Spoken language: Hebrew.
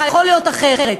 יכול להיות אחרת.